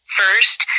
first